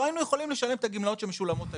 היינו יכולים לשלם את הגמלאות שמשולמות היום,